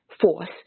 force